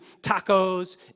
tacos